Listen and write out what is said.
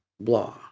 blah